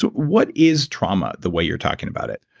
what is trauma the way you're talking about it?